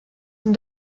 den